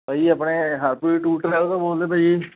ਭਾਅ ਜੀ ਆਪਣੇ ਹਰਪ੍ਰੀਤ ਟੂਰ ਟਰੈਵਲ ਤੋਂ ਬੋਲਦੇ ਪਏ ਜੀ